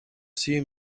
see